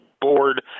board